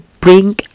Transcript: bring